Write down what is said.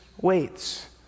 waits